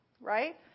right